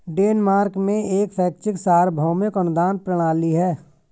Denmark में एक शैक्षिक सार्वभौमिक अनुदान प्रणाली है